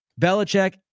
Belichick